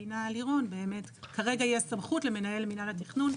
שציינה לירון כרגע יש סמכות למנהל מינהל התכנון,